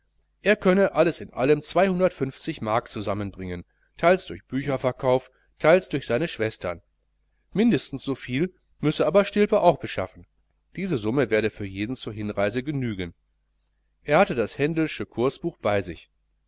er könne alles in allem mark zusammenbringen teils durch bücherverkauf teils durch seine schwestern mindestens so viel müsse aber stilpe beschaffen diese summe werde für jeden zur hinreise genügen er hatte das hendschelsche kursbuch bei sich